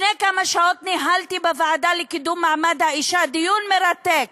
לפני כמה שעות ניהלתי בוועדה לקידום מעמד האישה דיון מרתק